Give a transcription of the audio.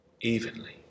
evenly